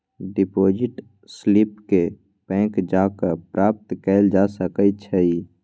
deposit slip के bank जा कऽ प्राप्त कएल जा सकइ छइ